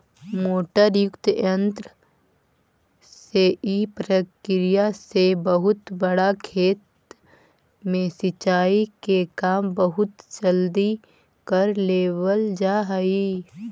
motor युक्त यन्त्र से इ प्रक्रिया से बहुत बड़ा खेत में सिंचाई के काम बहुत जल्दी कर लेवल जा हइ